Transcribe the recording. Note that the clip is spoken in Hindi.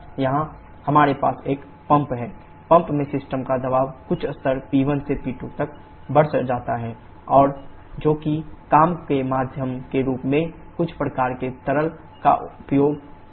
यहाँ हमारे पास एक पंप है पंप में सिस्टम का दबाव कुछ स्तर P1 से P2 तक बढ़ जाता है और जो कि काम के माध्यम के रूप में कुछ प्रकार के तरल का उपयोग करके किया जाता है